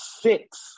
six